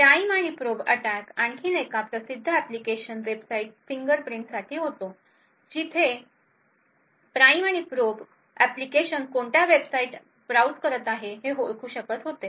prime and probe attack आणखी एक प्रसिद्ध अॅप्लिकेशन वेबसाइट फिंगरप्रिंटिंगसाठी होता जिथे प्राइम व प्रोब अॅप्लिकेशन कोणत्या वेबसाइट्स ब्राउझ करत आहे हे ओळखू शकत होते